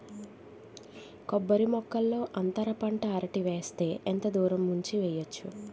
కొబ్బరి మొక్కల్లో అంతర పంట అరటి వేస్తే ఎంత దూరం ఉంచి వెయ్యొచ్చు?